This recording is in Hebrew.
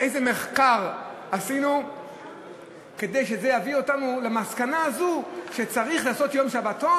איזה מחקר עשינו כדי שזה יביא אותנו למסקנה הזאת שצריך לעשות יום שבתון